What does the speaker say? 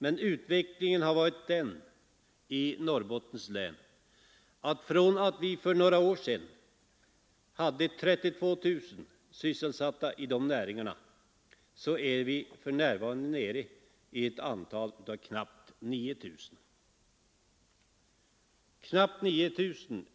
Men utvecklingen i Norrbottens län har medfört en ändring. För några år sedan hade vi 32 000 sysselsatta inom dessa näringar; för närvarande finns det knappt 9 000.